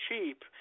cheap